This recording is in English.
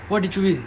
what did you win